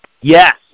Yes